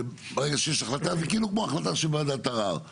שברגע שיש החלטה זה כאילו כמוח החלטה של וועדת ערר.